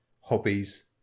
hobbies